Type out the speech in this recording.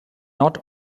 not